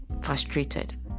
frustrated